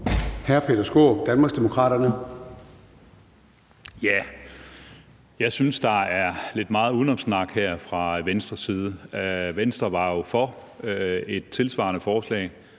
15:51 Peter Skaarup (DD): Jeg synes, der er lidt meget udenomssnak her fra Venstres side. Venstre var jo for et tilsvarende forslag,